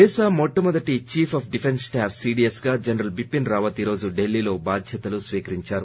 దేశ మొట్ట మొదటి chief of defence staff CDS గా జనరల్ బిపిన్ రావత్ ఈరోజు ఢిల్లీ లో బాధ్యతలు స్వీకరించారు